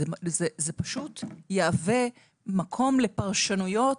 זה פשוט יהווה מקום לפרשנויות